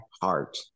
heart